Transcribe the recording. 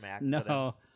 no